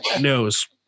knows